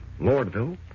Lordville